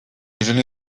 jeżeli